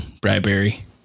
Bradbury